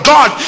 God